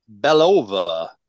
Belova